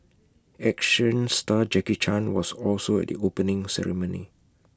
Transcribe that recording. action star Jackie chan was also at the opening ceremony